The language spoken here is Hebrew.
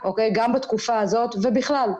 גם בתקופה הזאת ובכלל.